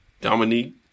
Dominique